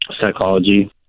Psychology